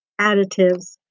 additives